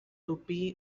tupí